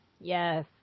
Yes